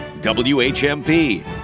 WHMP